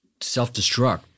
self-destruct